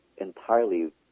Entirely